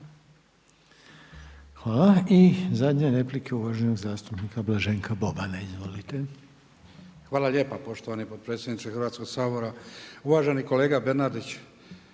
Hvala. I zadnja replika uvaženog zastupnika Blaženka Bobana. Izvolite. **Boban, Blaženko (HDZ)** Hvala lijepo poštovani potpredsjedniče Hrvatskoga sabora. Uvaženi kolega Bernardić.